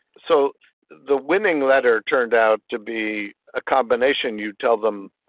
so the winning letter turned out to be a combination, you'd tell them